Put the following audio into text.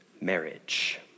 marriage